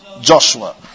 Joshua